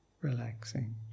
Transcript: Relaxing